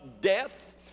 death